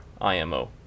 IMO